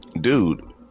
Dude